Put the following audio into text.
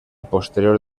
posterior